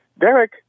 Derek